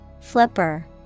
Flipper